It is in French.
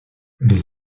les